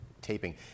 taping